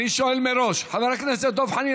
אני שואל מראש: חבר הכנסת דב חנין,